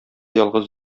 ялгыз